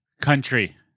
Country